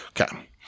Okay